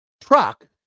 truck